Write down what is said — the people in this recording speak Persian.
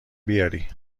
بیاری